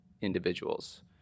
individuals